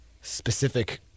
specific